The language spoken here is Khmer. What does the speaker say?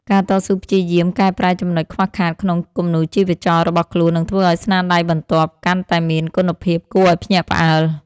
ការតស៊ូព្យាយាមកែប្រែចំណុចខ្វះខាតក្នុងគំនូរជីវចលរបស់ខ្លួននឹងធ្វើឱ្យស្នាដៃបន្ទាប់កាន់តែមានគុណភាពគួរឱ្យភ្ញាក់ផ្អើល។